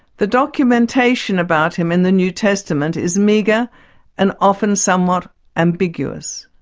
the documentation about him in the new testament is meagre and often somewhat ambiguous.